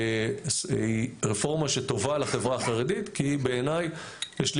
היא רפורמה שטובה לחברה החרדית כי בעיניי יש לי